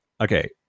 Okay